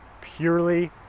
purely